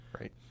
Right